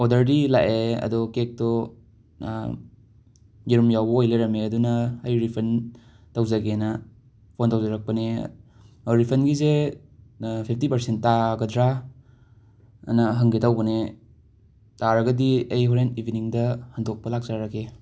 ꯑꯣꯗꯔꯗꯤ ꯂꯥꯛꯑꯦ ꯑꯗꯣ ꯀꯦꯛꯇꯣ ꯌꯦꯔꯨꯝ ꯌꯥꯎꯕ ꯑꯣꯏ ꯂꯩꯔꯝꯃꯦ ꯑꯗꯨꯅ ꯑꯩ ꯔꯤꯐꯟ ꯇꯧꯖꯒꯦꯅ ꯐꯣꯟ ꯇꯧꯖꯔꯛꯄꯅꯦ ꯑꯧ ꯔꯤꯐꯟꯒꯤꯁꯦ ꯐꯤꯞꯇꯤ ꯄꯔꯁꯦꯟ ꯇꯥꯒꯗ꯭ꯔꯥ ꯍꯥꯏꯅ ꯍꯪꯒꯦ ꯇꯧꯕꯅꯦ ꯇꯥꯔꯒꯗꯤ ꯑꯩ ꯍꯧꯔꯦꯟ ꯏꯚꯤꯅꯤꯡꯗ ꯍꯟꯗꯣꯛꯄ ꯂꯥꯛꯆꯔꯒꯦ